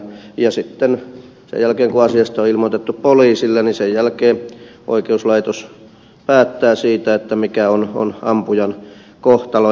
ja sitten sen jälkeen kun asiasta on ilmoitettu poliisille oikeuslaitos päättää siitä mikä on ampujan kohtalo